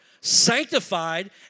sanctified